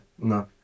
No